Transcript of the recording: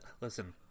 Listen